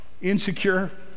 insecure